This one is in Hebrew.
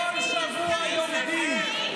כל שבוע יורדים.